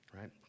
right